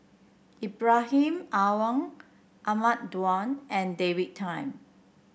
Ibrahim Awang Ahmad Daud and David Tham